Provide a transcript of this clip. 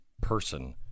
person